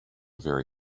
very